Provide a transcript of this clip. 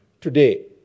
today